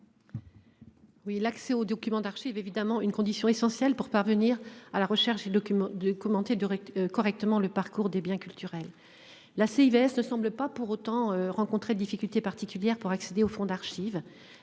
Oui, l'accès aux documents d'archives évidemment une condition essentielle pour parvenir à la recherche des documents de commenter de correctement le parcours des biens culturels la ne semble pas pour autant rencontrer de difficultés particulières pour accéder au fonds d'archives.